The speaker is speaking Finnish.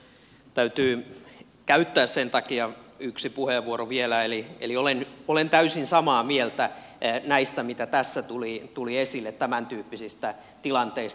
täytyy käyttää sen takia yksi puheenvuoro vielä eli olen täysin samaa mieltä näistä mitä tässä tuli esille tämäntyyppisistä tilanteista